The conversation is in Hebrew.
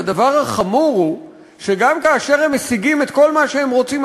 הדבר החמור הוא שגם כאשר הם משיגים את כל מה שהם רוצים,